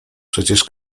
przecież